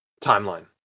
timeline